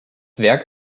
werk